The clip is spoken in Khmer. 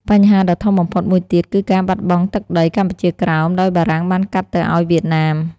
បញ្ហាដ៏ធំបំផុតមួយទៀតគឺការបាត់បង់ទឹកដី កម្ពុជាក្រោមដោយបារាំងបានកាត់ទៅអោយវៀតណាម។